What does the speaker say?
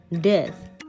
death